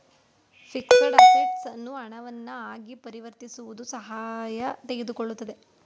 fixed assets ಅನ್ನು ಹಣವನ್ನ ಆಗಿ ಪರಿವರ್ತಿಸುವುದು ಸಮಯ ತೆಗೆದುಕೊಳ್ಳುತ್ತದೆ